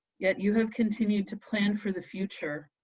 yet you have continued to plan for the future,